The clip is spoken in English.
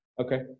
Okay